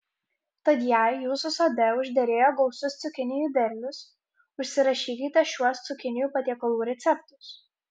tad jei jūsų sode užderėjo gausus cukinijų derlius užsirašykite šiuos cukinijų patiekalų receptus